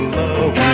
love